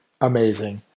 Amazing